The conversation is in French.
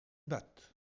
batte